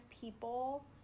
people